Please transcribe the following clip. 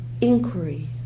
inquiry